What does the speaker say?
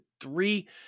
three